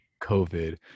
COVID